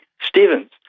Stevens